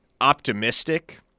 optimistic